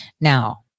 Now